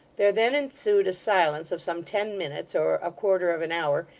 there then ensued a silence of some ten minutes or a quarter of an hour,